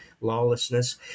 lawlessness